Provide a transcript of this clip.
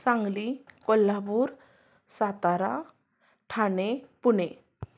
Sangli Kolhapur Satara Thane Pune